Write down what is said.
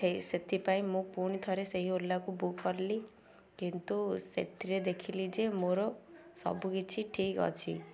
ସେ ସେଥିପାଇଁ ମୁଁ ପୁଣି ଥରେ ସେହି ଓଲାକୁ ବୁକ୍ କଲି କିନ୍ତୁ ସେଥିରେ ଦେଖିଲି ଯେ ମୋର ସବୁ କିିଛି ଠିକ୍ ଅଛି